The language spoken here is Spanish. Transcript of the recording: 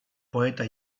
poeta